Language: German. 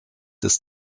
des